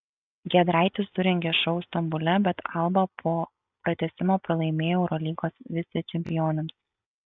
giedraitis surengė šou stambule bet alba po pratęsimo pralaimėjo eurolygos vicečempionams